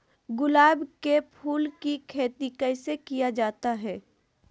गुलाब के फूल की खेत कैसे किया जाता है?